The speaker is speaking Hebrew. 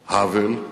האוול.